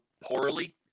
poorly